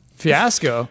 fiasco